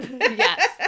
Yes